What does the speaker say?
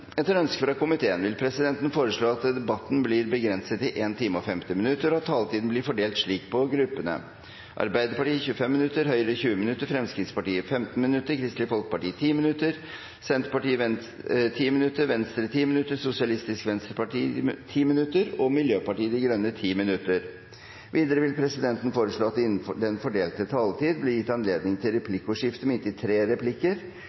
Etter ønske fra justiskomiteen vil presidenten foreslå at debatten blir begrenset til 1 time og 50 minutter, og at taletiden blir fordelt slik på gruppene: Arbeiderpartiet 25 minutter, Høyre 20 minutter, Fremskrittspartiet 15 minutter, Kristelig Folkeparti 10 minutter, Senterpartiet 10 minutter, Venstre 10 minutter, Sosialistisk Venstreparti 10 minutter og Miljøpartiet De Grønne 10 minutter. Videre vil presidenten foreslå at det blir gitt anledning til replikkordskifte på inntil tre replikker